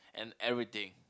and everything